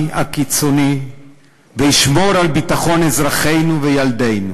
הקיצוני וישמור על ביטחון אזרחינו וילדינו,